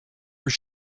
were